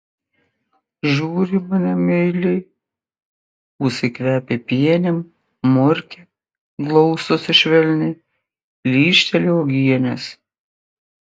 žiūri į mane meiliai ūsai kvepia pienėm murkia glaustosi švelniai lyžteli uogienės